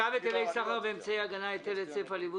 צו היטלי סחר ואמצעי הגנה (היטל היצף על יבוא